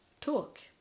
talk